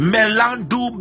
Melando